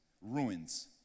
Ruins